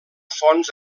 fonts